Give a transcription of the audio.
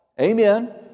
amen